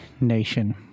Nation